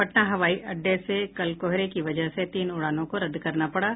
पटना हवाई अड्डे से कल कोहरे की वजह से तीन उड़ानों को रद्द करना पड़ा